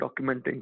documenting